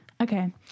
okay